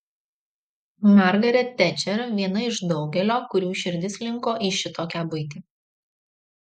margaret tečer viena iš daugelio kurių širdis linko į šitokią buitį